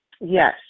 yes